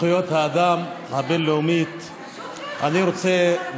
ביום זכויות האדם הבין-לאומי אני רוצה,